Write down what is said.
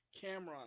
Cameron